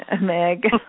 Meg